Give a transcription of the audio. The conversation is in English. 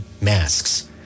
masks